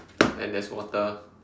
and there's water